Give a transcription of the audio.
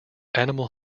animal